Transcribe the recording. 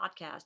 podcast